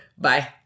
Bye